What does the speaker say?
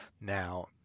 now